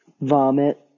Vomit